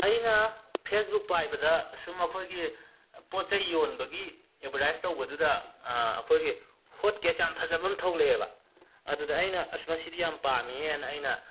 ꯑꯩꯅ ꯐꯦꯁꯕꯨꯛ ꯄꯥꯏꯕꯗ ꯁꯨꯝ ꯑꯩꯈꯣꯏꯒꯤ ꯄꯣꯠ ꯆꯩ ꯌꯣꯟꯕꯒꯤ ꯑꯦꯕꯔꯗꯥꯏꯁ ꯇꯧꯕꯗꯨꯗ ꯑꯩꯈꯣꯏꯒꯤ ꯍꯣꯠ ꯀꯦꯁ ꯌꯥꯝꯅ ꯐꯖꯕ ꯑꯃ ꯊꯣꯛꯂꯛꯑꯦꯕ ꯑꯗꯨꯗ ꯑꯩꯅ ꯑꯁ ꯃꯁꯤꯗꯤ ꯌꯥꯝꯅ ꯄꯥꯝꯃꯤꯍꯦꯅ ꯑꯩꯅ